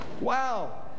Wow